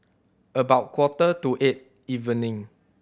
about quarter to eight evening